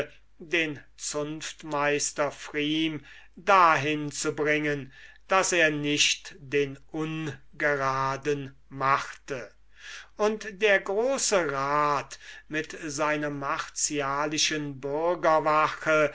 den zunftmeister pfrieme dahin zu bringen daß er nicht den ungeraden machte und der große rat mit seiner martialischen